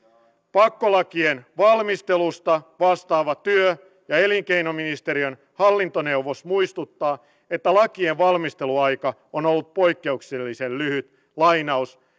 pakkolakien valmistelusta vastaava työ ja elinkeinoministeriön hallintoneuvos muistuttaa että lakien valmisteluaika on ollut poikkeuksellisen lyhyt